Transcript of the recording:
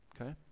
okay